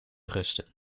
rusten